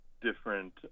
different